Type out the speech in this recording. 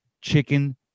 Chicken